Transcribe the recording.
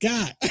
God